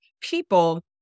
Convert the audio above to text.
people